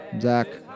zach